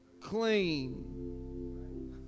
clean